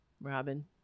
Robin